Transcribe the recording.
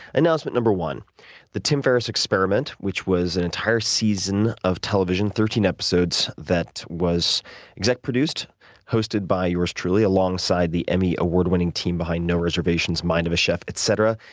announcement no. one the tim ferris experiment, which was an entire season of television, thirteen episodes that was exec produced and hosted by yours truly alongside the emmy award winning team behind no reservations, mind of a chef, etc,